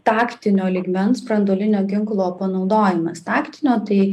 taktinio lygmens branduolinio ginklo panaudojimas taktinio tai